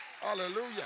Hallelujah